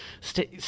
Stay